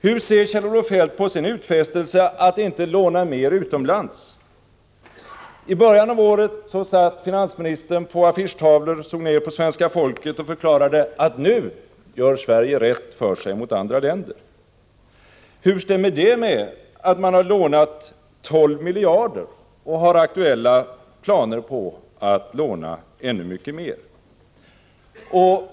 Hur ser Kjell-Olof Feldt på sin utfästelse att inte låna mer utomlands? I början av året satt finansministern på affischtavlor varifrån han såg ned på svenska folket och förklarade att nu gör Sverige rätt för sig gentemot andra länder. Hur stämmer det med att man har lånat 12 miljarder och har aktuella planer på att låna ännu mycket mer?